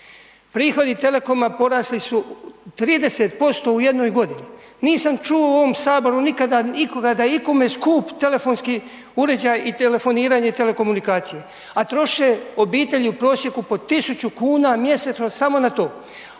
Prihodi Telekoma porasli su 30% u jednoj godini. Nisam čuo u ovom Saboru nikada ikoga da je ikome skup telefonski uređaj i telefoniranje i telekomunikacije a troše obitelji u prosjeku po 1000 kn mjesečno samo na to